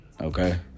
okay